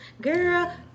Girl